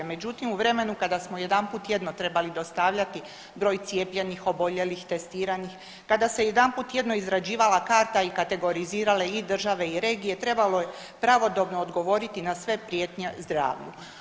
Međutim, u vremenu kada smo jedanput tjedno trebali dostavljati broj cijepljenih, oboljelih, testiranih, kada se jedanput tjedno izrađivala karata i kategorizirale i države i regije trebalo je pravodobno odgovoriti na sve prijetnje zdravlju.